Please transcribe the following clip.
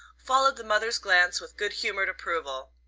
followed the mother's glance with good-humoured approval.